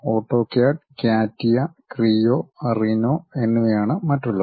AutoCAD CATIA Creo Rhino എന്നിവയാണ് മറ്റുള്ളവ